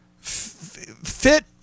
fit